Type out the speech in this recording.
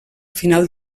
final